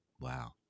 Wow